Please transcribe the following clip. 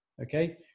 Okay